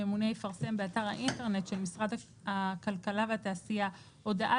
הממונה יפרסם באתר האינטרנט של משרד הכלכלה והתעשייה הודעה